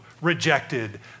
rejected